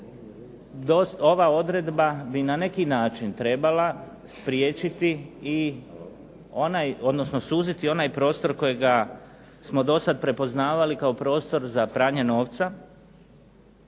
Ova odredba bi na neki način trebala spriječiti odnosno suziti onaj prostor kojeg smo do sada prepoznavali kao prostor za pranje novca,